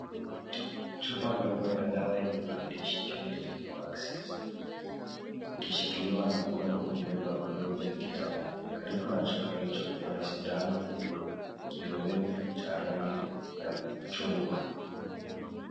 Chupa ndogo ya dawa yenye maandishi yellow fever vaccines , ikishikiliwa na mkono uliovaa glovu ya kijani. Karibu na chupa hiyo, kuna sindano yenye kioevu cha rangi ya chungwa.